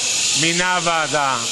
הוא מינה ועדה,